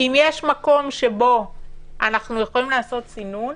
אם יש מקום שבו אנחנו יכולים לעשות סינון,